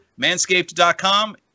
manscaped.com